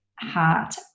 heart